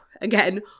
again